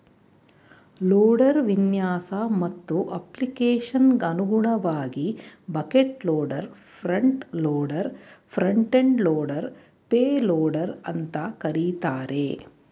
loader ವಿನ್ಯಾಸ ಮತ್ತು ಅಪ್ಲಿಕೇಶನ್ಗನುಗುಣವಾಗಿ bucket loader front loader front end loader payloader ಅಂತ ಕರೀತಾರೆ